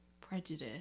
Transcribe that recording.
prejudice